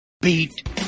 Beat